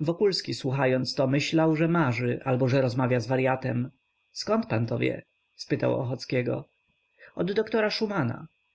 wokulski słuchając myślał że marzy albo że rozmawia z waryatem zkąd pan to wie spytał ochockiego od doktora szumana